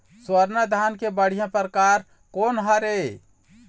स्वर्णा धान के बढ़िया परकार कोन हर ये?